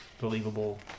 believable